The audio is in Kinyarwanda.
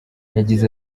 yagize